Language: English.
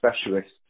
specialists